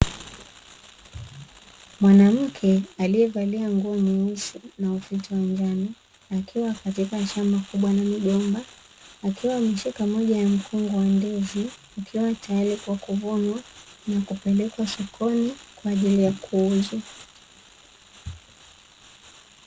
Mwanamke aliyevalia nguo nyeusi, na ufito wa njano. Akiwa katika shamba kubwa la migomba, akiwa ameshika moja ya mkungu wa ndizi ukiwa tayari kwa kuvunwa, na kupelekwa sokoni kwa ajili ya kuuzwa.